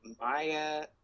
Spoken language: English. Maya